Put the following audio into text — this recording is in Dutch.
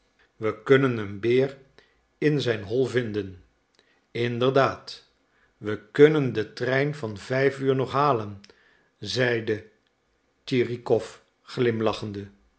wij kunnen den beer in zijn hol vinden inderdaad we kunnen den trein van vijf uur nog halen zeide tschirikow glimlachende